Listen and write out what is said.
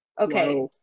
Okay